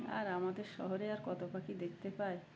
আর আমাদের শহরে আর কতো পাখি দেখতে পাই